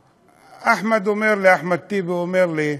אחמד, אחמד טיבי אומר לי,